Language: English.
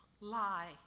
lie